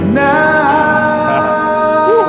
now